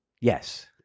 Yes